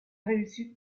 réussite